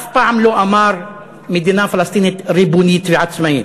אף פעם לא אמר מדינה פלסטינית ריבונית ועצמאית,